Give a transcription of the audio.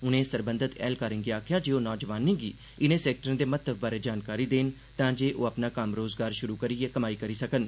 उनें सरबंधत ऐहलकारें गी आखेआ जे ओह् नौजवानें गी इनें सैक्टरें दे महत्व बारै जानकारी देन तांजे ओह् अपना कम्म रोजगार शुरु करियै कमाई करी सकन